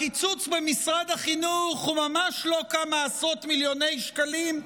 הקיצוץ במשרד החינוך הוא ממש לא כמה עשרות מיליוני שקלים,